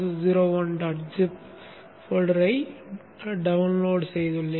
zip போல்டரை பதிவிறக்கம் செய்துள்ளேன்